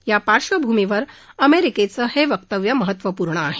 त्या पार्श्वभूमीवर अमेरिकेचं हे वक्तव्य महत्त्वपूर्ण आहे